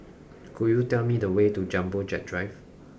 could you tell me the way to Jumbo Jet Drive